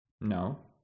No